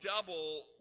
double